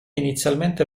inizialmente